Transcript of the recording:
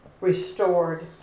restored